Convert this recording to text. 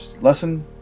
lesson